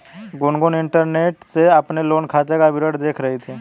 Gungun internet से अपने loan खाते का विवरण देख रही थी